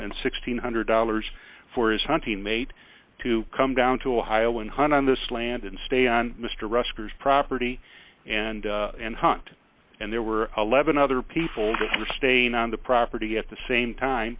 and six hundred dollars for his hunting mate to come down to ohio and hunt on this land and stay on mr rescuers property and and hunt and there were eleven other people that were staying on the property at the same time